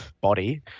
body